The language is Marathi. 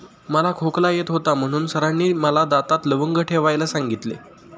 मला खोकला येत होता म्हणून सरांनी मला दातात लवंग ठेवायला सांगितले